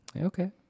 Okay